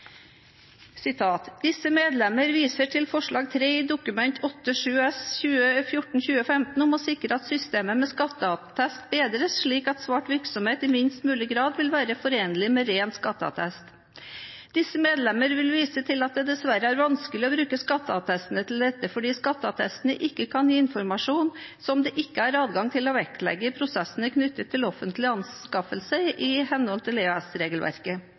at disse tre partiene også begrunner sin motstand mot forslag 3 i representantforslaget ved å henvise til bestemmelsene i EØS-avtalen: «Disse medlemmer viser til forslag 3 i Dokument 8:7 S om å sikre at systemet med skatteattest bedres, slik at svart virksomhet i minst mulig grad vil være forenlig med ren skatteattest. Disse medlemmer vil vise til at det dessverre er vanskelig å bruke skatteattestene til dette, fordi skatteattestene ikke kan gi informasjon som det ikke er adgang til å vektlegge i prosessene knyttet